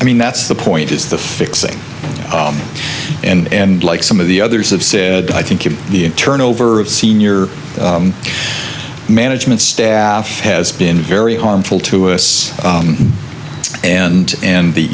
i mean that's the point is the fixing and like some of the others have said i think the turnover of senior management staff has been very harmful to us and and the